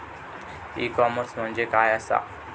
E commerce म्हणजे काय असा?